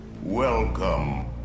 Welcome